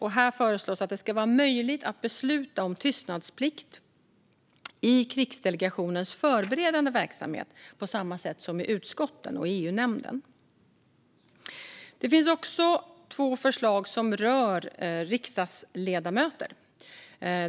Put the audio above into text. Här föreslås att det ska vara möjligt att besluta om tystnadsplikt i krigsdelegationens förberedande verksamhet på samma sätt som i utskotten och i EU-nämnden. Det finns också två förslag som rör riksdagsledamöter.